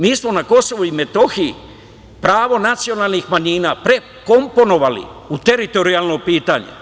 Mi smo na Kosovu i Metohiji pravo nacionalnih manjina prekomponovali u teritorijalno pitanje.